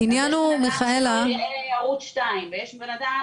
ועשינו את זה ושמו את זה בבולד באתר.